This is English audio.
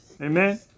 amen